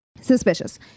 Suspicious